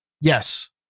Yes